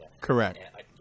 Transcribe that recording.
correct